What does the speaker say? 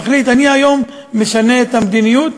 ומחליט: אני היום משנה את המדיניות.